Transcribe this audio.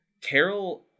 Carol